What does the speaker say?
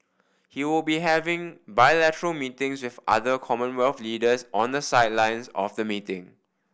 he will be having bilateral meetings with other Commonwealth leaders on the sidelines of the meeting